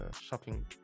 shopping